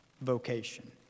vocation